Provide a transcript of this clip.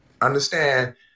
understand